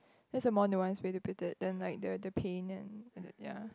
that's a more nuance way to put it than like the the pain and ya